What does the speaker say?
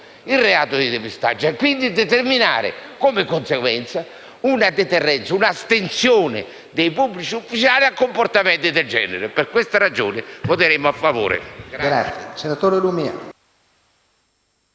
il reato di depistaggio e, quindi, determinare, di conseguenza, una deterrenza e una astensione dei pubblici ufficiali da comportamenti del genere. Per questa ragione voteremo a favore